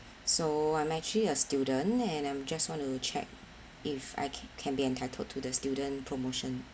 so I'm actually a student and I'm just want to check if I can can be entitled to the student promotion